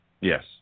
Yes